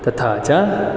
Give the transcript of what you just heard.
तथा च